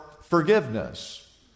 forgiveness